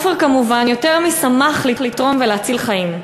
עופר כמובן יותר משמח לתרום ולהציל חיים,